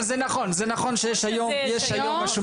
אבל זה נכון, זה נכון שיש היום משהו מיוחד.